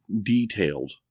detailed